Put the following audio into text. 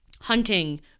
hunting